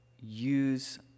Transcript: use